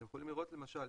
אתם יכולים לראות, למשל,